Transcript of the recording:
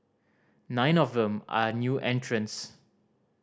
nine of them are new entrants